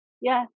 Yes